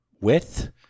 width